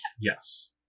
Yes